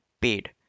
Paid